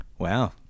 Wow